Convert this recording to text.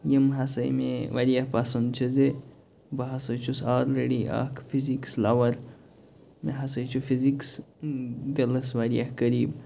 یِم ہسا مےٚ واریاہ پسنٛد چھِ زِ بہٕ ہسا چھُس آلریٚڈی اَکھ فِزِیٖکٕس لَوَر مےٚ ہسا چھُ فِزِیٖکٕس دِلَس واریاہ قریب